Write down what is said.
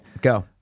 Go